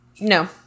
no